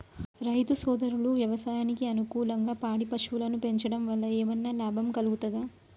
రైతు సోదరులు వ్యవసాయానికి అనుకూలంగా పాడి పశువులను పెంచడం వల్ల ఏమన్నా లాభం కలుగుతదా?